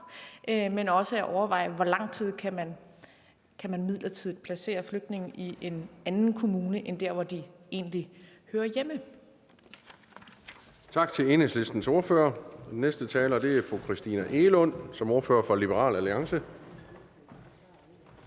men også overveje, hvor lang tid man midlertidigt kan placere flygtninge i en anden kommune end dér, hvor de egentlig hører hjemme.